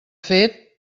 fet